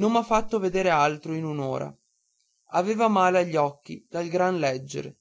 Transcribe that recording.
non m'ha fatto veder altro in un'ora aveva male agli occhi dal gran leggere